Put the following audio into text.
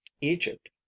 Egypt